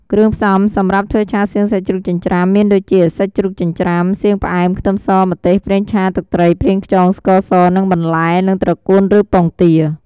គ្រឿងផ្សំ សម្រាប់ធ្វើឆាសៀងសាច់ជ្រូកចិញ្ច្រាំមានដូចជា សាច់ជ្រូកចិញ្ច្រាំ សៀងផ្អែម ខ្ទឹមស ម្ទេស ប្រេងឆា ទឹកត្រី ប្រេងខ្យង ស្ករស និង បន្លែ និងត្រកួនឬពងទា។